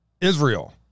Israel